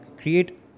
create